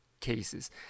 cases